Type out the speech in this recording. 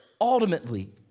Ultimately